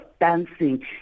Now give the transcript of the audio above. dancing